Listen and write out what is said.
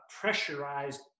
pressurized